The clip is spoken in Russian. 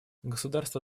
государства